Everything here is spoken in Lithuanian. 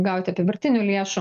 gauti apyvartinių lėšų